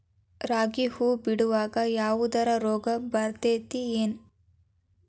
ರಾಗಿ ಹೂವು ಬಿಡುವಾಗ ಯಾವದರ ರೋಗ ಬರತೇತಿ ಏನ್?